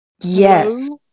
Yes